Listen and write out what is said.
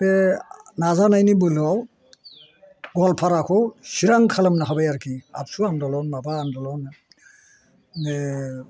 बे नाजानायनि बोलोआव गवालफाराखौ चिरां खालामनो हाबाय आरोखि आबसु आनदलन माबा आनदलन